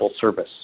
service